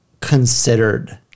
considered